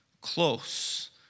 close